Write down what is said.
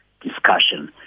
discussion